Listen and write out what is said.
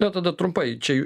na tada trumpai čia